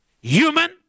Human